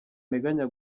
nteganya